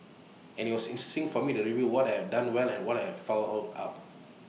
and IT was interesting for me to review what I had done well and what I had fouled up